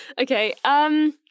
Okay